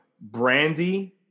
Brandy